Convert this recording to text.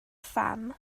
pham